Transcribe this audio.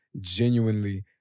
genuinely